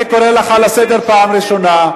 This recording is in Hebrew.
אני קורא אותך לסדר פעם ראשונה.